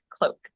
Cloak